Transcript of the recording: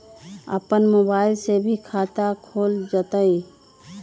अपन मोबाइल से भी खाता खोल जताईं?